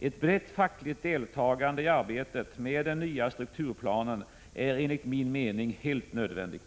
Ett brett fackligt deltagande i arbetet med den nya strukturplanen är enligt min mening helt nödvändigt.